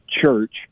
Church